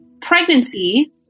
pregnancy